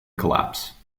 collapse